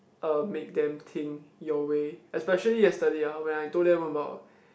um make them think your way especially yesterday uh when I told them about